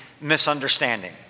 misunderstanding